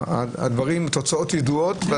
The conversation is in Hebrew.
התוצאות ידועות,